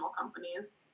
companies